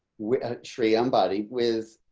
we treat somebody with